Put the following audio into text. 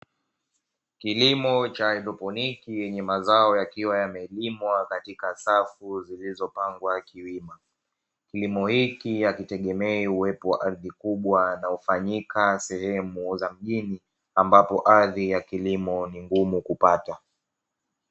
Kilimo cha haidroponi yenye mazao yakiwa yamelimwa katika safu zilizopangwa kiwima. Kilimo hiki hakitegemei uwepo wa ardhi kubwa unaofanyika sehemu za mjini, ambapo ardhi ya kilimo ni ngumu kupata.